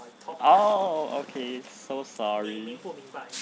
oh okay so sorry